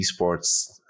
esports